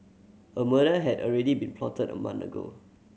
a murder had already been plotted a month ago